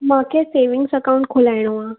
मूंखे savings account खोलाइणो आहे